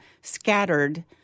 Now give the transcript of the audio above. scattered